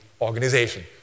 organization